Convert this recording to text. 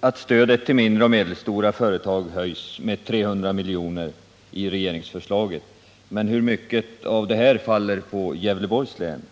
att stödet till mindre och medelstora företag höjs med 300 milj.kr. i regeringsförslaget, men hur mycket av detta faller på Gävleborgs län?